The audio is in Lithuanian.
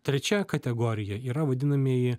trečia kategorija yra vadinamieji